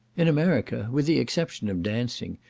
in america, with the exception of dancing,